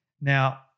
Now